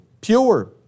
pure